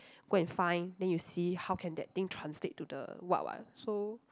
go and find then you see how can the thing translate to the what what so